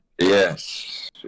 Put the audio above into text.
Yes